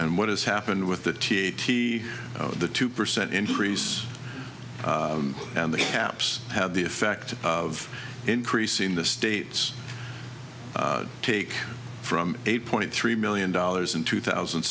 and what has happened with the th t the two percent increase and the caps have the effect of increasing the state's take from eight point three million dollars in two thousand